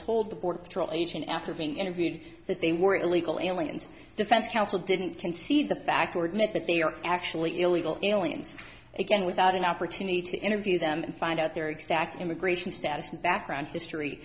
told the border patrol agent after being interviewed that they were illegal aliens defense counsel didn't concede the fact or didn't the figure actually illegal aliens again without an opportunity to interview them and find out their exact immigration status and background history